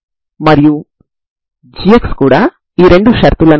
కాబట్టి పరిమిత స్ట్రింగ్ యొక్క పరిమిత పొడవు b a అవుతుంది